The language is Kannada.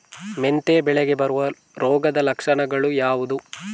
ಮೆಂತೆ ಬೆಳೆಗೆ ಬರುವ ರೋಗದ ಲಕ್ಷಣಗಳು ಯಾವುದು?